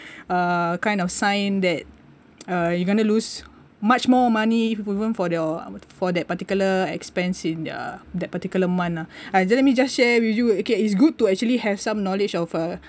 uh kind of sign that uh you gonna lose much more money even for your for that particular expense in uh that particular month lah let me just share with you okay it's good to actually have some knowledge of uh